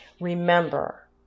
Remember